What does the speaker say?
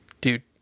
Dude